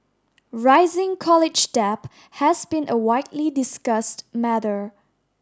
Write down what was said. rising college debt has been a widely discussed matter